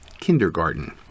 kindergarten